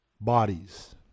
Bodies